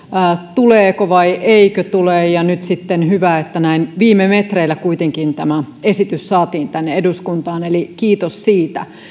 tuleeko vai eikö tule ja nyt sitten hyvä että näin viime metreillä kuitenkin tämä esitys saatiin tänne eduskuntaan eli kiitos siitä